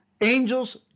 angels